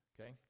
Okay